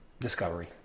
Discovery